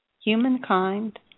humankind